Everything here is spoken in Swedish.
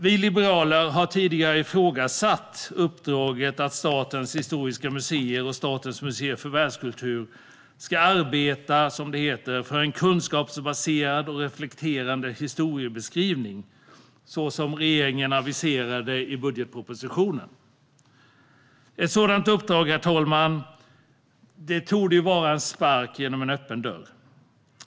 Vi liberaler har tidigare ifrågasatt uppdraget att Statens historiska museer och Statens museer för världskultur ska arbeta för en kunskapsbaserad och reflekterande historieskrivning, så som regeringen aviserade i budgetpropositionen. Ett sådant uppdrag, herr talman, torde vara att sparka upp en öppen dörr.